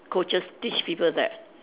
coaches teach people that